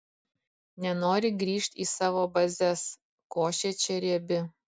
nenori grįžt į savo bazes košė čia riebi